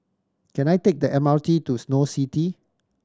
can I take the M R T to Snow City